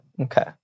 okay